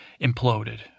imploded